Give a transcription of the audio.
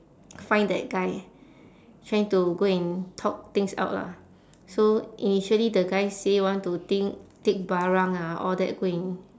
find that guy try to go and talk things out lah so initially the guy say want to think take parang ah all that go and